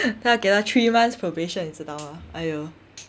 她给他 three months' probation 你知道吗 !aiyo!